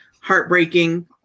heartbreaking